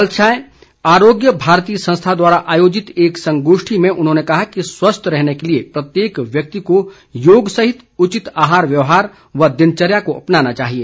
कल सांय आरोग्य भारती संस्था द्वारा आयोजित एक संगोष्ठि में उन्होंने कहा कि स्वस्थ रहने के लिए प्रत्येक व्यक्ति को योग सहित उचित आहार व्यवहार व दिनचर्या को अपनाना चाहिए